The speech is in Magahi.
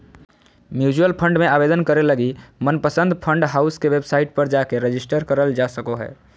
म्यूचुअल फंड मे आवेदन करे लगी मनपसंद फंड हाउस के वेबसाइट पर जाके रेजिस्टर करल जा सको हय